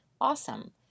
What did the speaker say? awesome